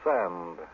Sand